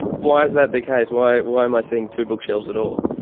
why is that the case? why why am i seeing two bookshelves at all?